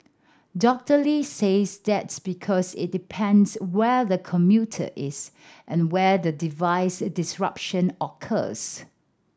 Doctor Lee says that's because it depends where the commuter is and where the device disruption occurs